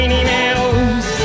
emails